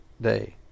day